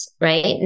right